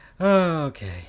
Okay